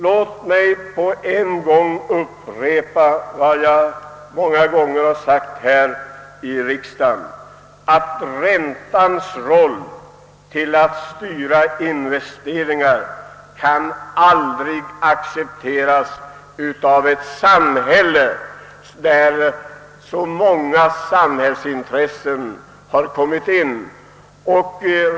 Låt mig upprepa vad jag många gånger har sagt här i riksdagen, nämligen att räntans roll att styra investeringar aldrig kan accepteras av ett samhälle med så många samhällsintressen som nu finns.